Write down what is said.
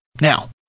Now